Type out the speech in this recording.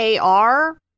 AR